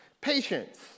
Patience